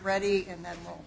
ready and then we'll